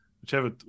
whichever